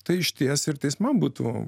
tai išties ir teismam būtų